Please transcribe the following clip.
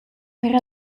per